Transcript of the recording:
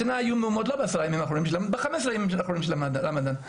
השנה היו מהומות ב-15 הימים האחרונים של הרמדאן,